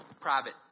private